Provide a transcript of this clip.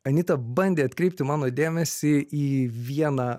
anita bandė atkreipti mano dėmesį į vieną